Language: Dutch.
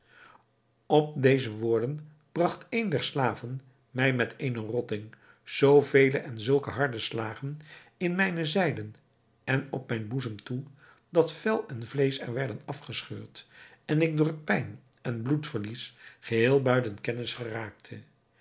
op deze woorden bragt een der slaven mij met eene rotting zoo vele en zulke harde slagen in mijne zijde en op mijn boezem toe dat vel en vleesch er werden afgescheurd en ik door pijn en bloedverlies geheel buiten kennis geraakte